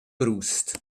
brust